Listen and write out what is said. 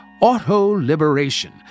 auto-liberation